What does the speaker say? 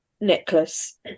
necklace